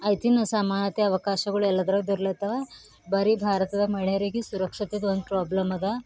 ಆಯ್ತು ಇನ್ನು ಸಮಾನತೆ ಅವಕಾಶಗಳು ಎಲ್ಲದ್ರಾಗ ದೊರಿಲತ್ತವ ಬರೀ ಭಾರತದಾಗ ಮಹಿಳೆಯರಿಗೆ ಸುರಕ್ಷತೆದೊಂದು ಪ್ರಾಬ್ಲಮ್ಮದ